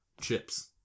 chips